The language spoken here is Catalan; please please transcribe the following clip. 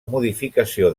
modificació